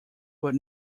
but